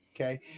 Okay